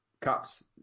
Cups